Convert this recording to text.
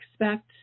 expect